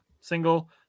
single